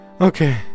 okay